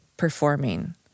performing